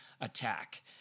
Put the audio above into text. attack